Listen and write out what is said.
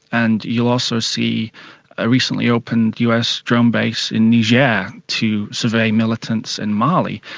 and you'll also see a recently opened us drone base in niger yeah to survey militants in mali.